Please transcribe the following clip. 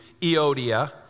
Eodia